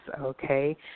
okay